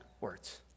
words